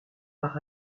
par